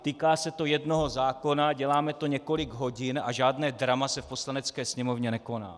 Týká se to jednoho zákona, děláme to několik hodin a žádné drama se v Poslanecké sněmovně nekoná.